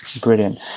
brilliant